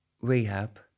rehab